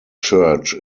church